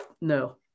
no